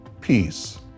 peace